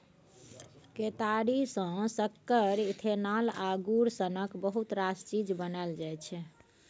केतारी सँ सक्कर, इथेनॉल आ गुड़ सनक बहुत रास चीज बनाएल जाइ छै